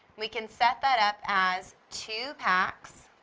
we can set that up as two packs